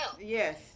Yes